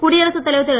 குடியரசு தலைவர் திரு